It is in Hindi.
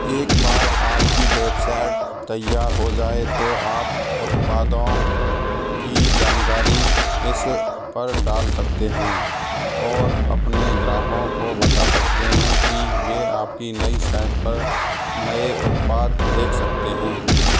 एक बार आपकी बेबसाइट तैयार हो जाए तो आप उत्पादों की जानकारी इस पर डाल सकते हैं और अपने ग्राहकों को बता सकते हैं कि वे आपकी नई साइट पर नए उत्पाद देख सकते हैं